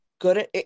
good